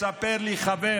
מספר לי חבר